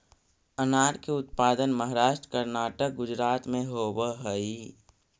अनार के उत्पादन महाराष्ट्र, कर्नाटक, गुजरात में होवऽ हई